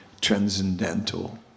transcendental